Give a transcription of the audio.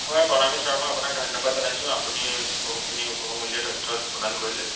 হয় প্ৰণামী শৰ্মা আপোনাক ধন্যবাদ জনাইছোঁ আপুনি বহুখিনি বহুমূলীয়া তথ্য প্ৰদান কৰিলে